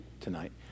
tonight